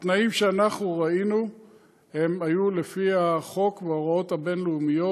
התנאים שאנחנו ראינו היו לפי החוק וההוראות הבין-לאומיות.